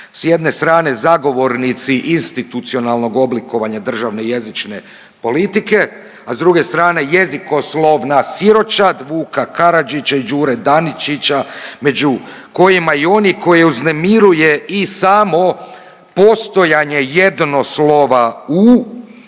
s jedne strane zagovornici institucionalnog oblikovanja državne i jezične politike, a s druge strane jezikoslovna siročad Vuka Karadžića i Đure Daničića među kojima i oni koje uznemiruje i samo postojanje jednoslova u,